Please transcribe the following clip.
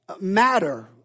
matter